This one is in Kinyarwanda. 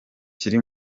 kiri